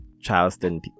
Charleston